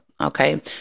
Okay